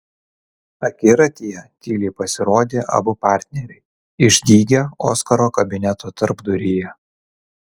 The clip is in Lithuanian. akiratyje tyliai pasirodė abu partneriai išdygę oskaro kabineto tarpduryje